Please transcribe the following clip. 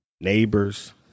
neighbors